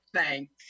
Thanks